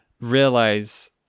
realize